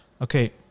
Okay